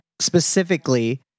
Specifically